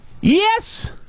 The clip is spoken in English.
Yes